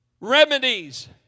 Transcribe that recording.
Remedies